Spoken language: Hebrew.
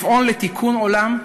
לפעול לתיקון עולם,